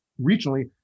regionally